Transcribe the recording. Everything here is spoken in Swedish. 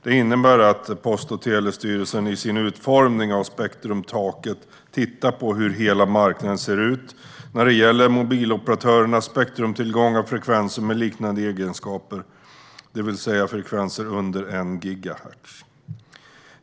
Det innebär att PTS i sin utformning av spektrumtaket tittar på hur hela marknaden ser ut när det gäller mobiloperatörernas spektrumtillgång av frekvenser med liknande egenskaper, det vill säga frekvenser under 1 gigahertz.